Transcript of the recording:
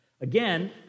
Again